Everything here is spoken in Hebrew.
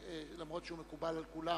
אף שהוא מקובל על כולם,